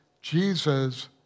Jesus